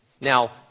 Now